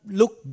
look